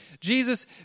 Jesus